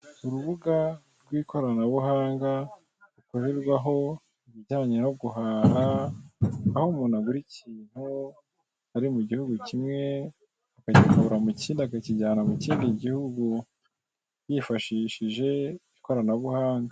Urubuga rw'ikoranabuhanga ureberaho ibijyanye no guhahaha aho umuntu agura ikintu ari mu gihugu kimwe akagikura mu kindi, akakijyana mu kindi gihugu yifashishije ikoranabuhanga.